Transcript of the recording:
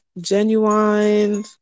Genuine